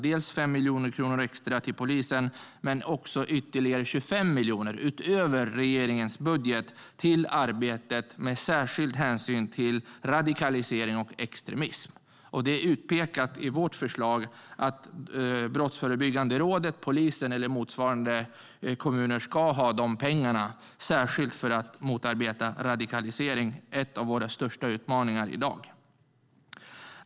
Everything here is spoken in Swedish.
Det är dels 5 miljoner extra till polisen, dels ytterligare 25 miljoner - utöver regeringens budget - till arbetet mot särskilt radikalisering och extremism. Det är utpekat i vårt förslag att Brottsförebyggande rådet, polisen eller motsvarande kommuner ska ha dessa pengar för att särskilt motarbeta radikalisering, som är en av våra största utmaningar i dag.